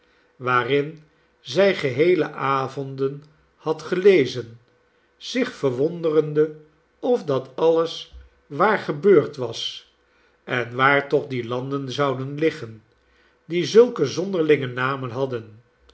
waarin zij geheele avonden had gelezen zich verwonderende of dat alles waar gebeurd was en waar toch die landen zouden liggen die zulke zonderlinge namen hadden